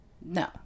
no